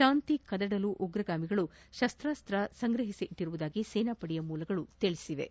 ಶಾಂತಿ ಕದಡಲು ಉಗ್ರರು ಶಸ್ತ್ರಾಸ್ತ್ರಗಳನ್ನು ಸಂಗ್ರಹಿಸಿರುವುದಾಗಿ ಸೇನಾಪಡೆ ಮೂಲಗಳು ತಿಳಿಸಿವೆ